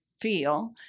feel